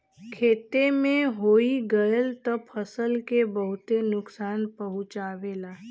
खेते में होई गयल त फसल के बहुते नुकसान पहुंचावेला